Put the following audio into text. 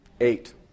eight